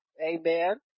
amen